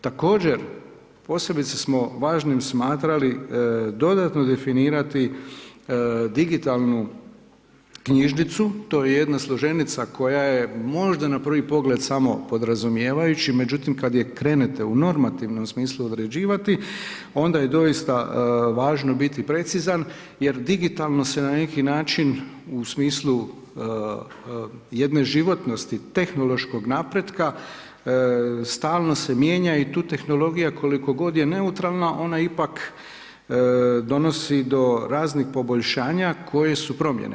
Također, posebice smo važnim smatrali, dodatno definirati digitalnu knjižnicu, to je jedna složenica, koja je možda na prvi pogled samo podrazumijevajući, međutim, kada ju krenete u normativnom smislu odrađivati, onda je doista važno biti precizan, jer digitalno se na neki način, u smislu jedne životnosti, tehnološkog napretka, stalno se mijenja i tu tehnologija koliko god je neutralna, ona ipak donosi do raznbih poboljšanja koje su promjene.